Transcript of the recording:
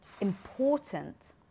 important